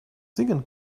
singen